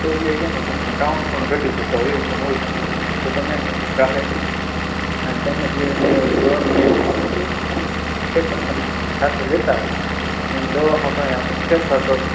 એટલે એ તમને છે ને કાઉન્ટ પણ ઘટી શક્યા હોય એવું પણ હોય શકે તો તમે છે ને કાલે અહીં તમને જે પેલી દવાનું લિસ્ટ નથી આપ્યું એ પણ તમે સાથે લેતાં આવજો અને એ દવામાં કંઈ આપણે ફેરફાર કરીશું